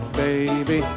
baby